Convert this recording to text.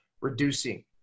reducing